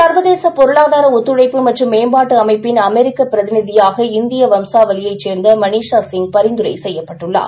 சர்வதேசபொருளாதாரஒத்துழைப்புமற்றும்மேம்பாட்டுஅமைப்பி ன்அமெரிக்கபிரதிநிதியாகஇந்தியவம்சாவழியைசேர்ந்தமனிஷாசிங்ப ரிந்துரைசெய்யபட்டுள்ளார்